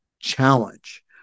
challenge